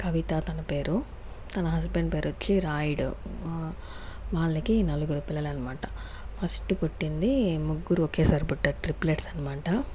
కవిత తన పేరు తన హస్బెండ్ పేరొచ్చి రాయుడు వాళ్ళకి నలుగురు పిల్లలనమాట ఫస్ట్ పుట్టింది ముగ్గురూ ఒకేసారి పుట్టారు ట్రిప్లెట్స్ అనమాట